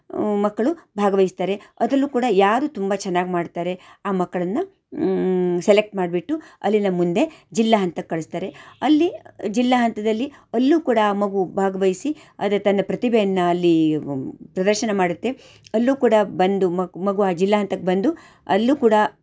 ಮಕ್ಕಳು ಭಾಗವಹಿಸ್ತಾರೆ ಅದರಲ್ಲೂ ಕೂಡ ಯಾರು ತುಂಬ ಚೆನ್ನಾಗಿ ಮಾಡ್ತಾರೆ ಆ ಮಕ್ಕಳನ್ನು ಸೆಲೆಕ್ಟ್ ಮಾಡಿಬಿಟ್ಟು ಅಲ್ಲಿಂದ ಮುಂದೆ ಜಿಲ್ಲಾ ಹಂತಕ್ಕೆ ಕಳಿಸ್ತಾರೆ ಅಲ್ಲಿ ಜಿಲ್ಲಾ ಹಂತದಲ್ಲಿ ಅಲ್ಲೂ ಕೂಡ ಆ ಮಗು ಭಾಗವಹ್ಸಿ ಅದು ತನ್ನ ಪ್ರತಿಭೆಯನ್ನು ಅಲ್ಲಿ ಪ್ರದರ್ಶನ ಮಾಡುತ್ತೆ ಅಲ್ಲೂ ಕೂಡ ಬಂದು ಮಗು ಆ ಜಿಲ್ಲಾ ಹಂತಕ್ಕೆ ಬಂದು ಅಲ್ಲೂ ಕೂಡ